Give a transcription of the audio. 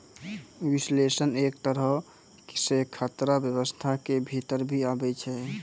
विश्लेषण एक तरहो से खतरा व्यवस्था के भीतर भी आबै छै